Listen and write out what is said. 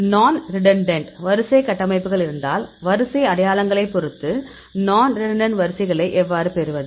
non-redundant வரிசை கட்டமைப்புகள் இருந்தால் வரிசை அடையாளங்களை பொறுத்து நான்ரிடண்டன்ட் வரிசைகளை எவ்வாறு பெறுவது